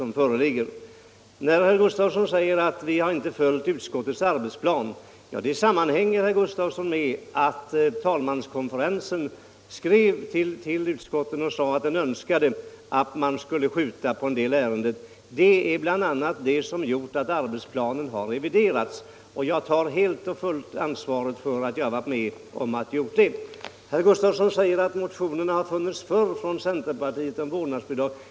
Herr Gustavsson säger att vi inte har följt utskottets arbetsplan, men det sammanhänger med att talmanskonferensen skrev till utskotten att den önskade att man skulle skjuta på en del ärenden. Det är bl.a. detta som gjort att arbetsplanen har reviderats, och jag tar helt och fullt ansvaret för att jag varit med om att göra det. Herr Gustavsson säger vidare att motioner har funnits förr från centerpartiet om vårdnadsbidrag.